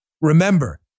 Remember